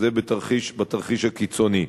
זה בתרחיש הקיצוני.